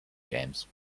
jams